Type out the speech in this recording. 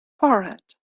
forehead